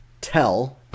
tell